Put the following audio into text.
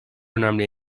önemli